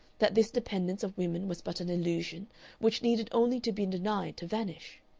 that this dependence of women was but an illusion which needed only to be denied to vanish.